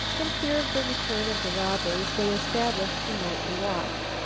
in fear of the return of the robbers they established a nightly watch.